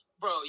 Bro